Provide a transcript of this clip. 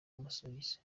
amasogisi